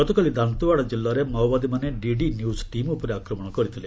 ଗତକାଲି ଦାନ୍ତେୱାଡ଼ା କିଲ୍ଲାରେ ମାଓବାଦୀମାନେ ଡିଡି ନ୍ୟୁକ୍ ଟିମ୍ ଉପରେ ଆକ୍ରମଣ କରିଥିଲେ